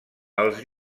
els